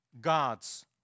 god's